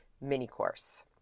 mini-course